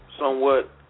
somewhat